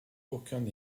aucun